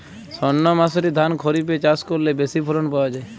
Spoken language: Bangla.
সর্ণমাসুরি ধান খরিপে চাষ করলে বেশি ফলন পাওয়া যায়?